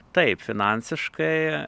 taip finansiškai